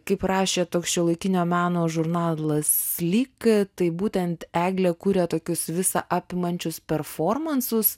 kaip rašė toks šiuolaikinio meno žurnalas lyg tai būtent eglė kuria tokius visa apimančius performansus